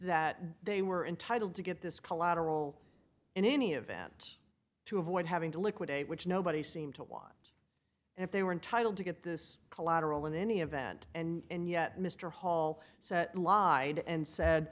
that they were entitled to get this collateral in any event to avoid having to liquidate which nobody seemed to want and if they were entitled to get this collateral in any event and yet mr hall so lied and said